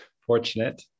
fortunate